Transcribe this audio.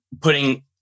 putting